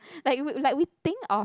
like we like we think of